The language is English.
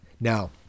Now